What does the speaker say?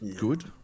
good